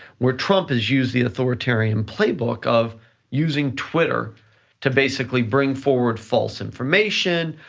where trump has used the authoritarian playbook of using twitter to basically bring forward false information,